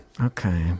Okay